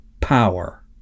Power